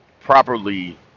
properly